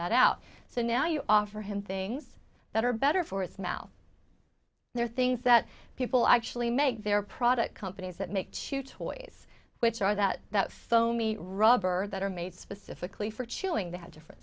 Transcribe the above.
that out so now you offer him things that are better for its mouth there are things that people actually make their product companies that make chew toys which are that that foamy rubber that are made specifically for chewing they have different